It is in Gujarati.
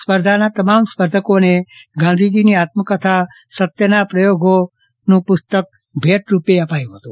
સ્પર્ધાના તમામ સ્પર્ધકોને ગાંધીધજીની આત્મકથા સત્યના પ્રયોગોનું પુસ્તક ભેટરૂપે અપાયું હતું